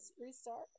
restart